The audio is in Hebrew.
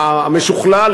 המשוכלל,